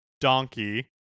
Donkey